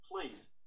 Please